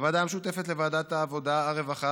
התשע"ח 2018, לוועדת העבודה, הרווחה